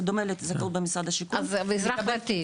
זה דומה לזכאות במשרד השיכון --- אזרח פרטי.